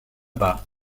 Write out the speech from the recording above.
bas